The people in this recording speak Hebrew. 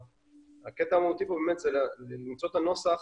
שהקטע המהותי כאן הוא למצוא את הנוסח